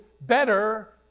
better